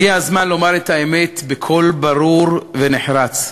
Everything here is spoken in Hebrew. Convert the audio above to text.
הגיע הזמן לומר את האמת בקול ברור ונחרץ: